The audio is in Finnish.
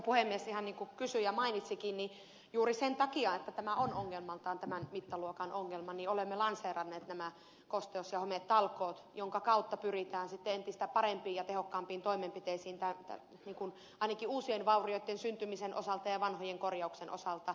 ihan niin kuin kysyjä mainitsikin juuri sen takia että tämä on ongelmaltaan tämän mittaluokan ongelma olemme lanseeranneet nämä kosteus ja hometalkoot joiden kautta pyritään sitten entistä parempiin ja tehokkaampiin toimenpiteisiin ainakin uusien vaurioitten syntymisen osalta ja vanhojen korjauksen osalta